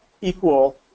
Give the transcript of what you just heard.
equal